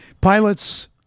Pilots